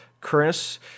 Chris